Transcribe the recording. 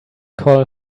call